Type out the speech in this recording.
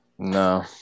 No